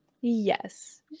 Yes